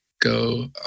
go